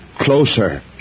Closer